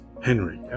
Henry